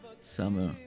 summer